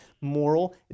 moral